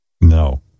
No